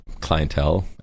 clientele